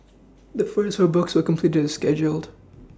the first four books were completed as scheduled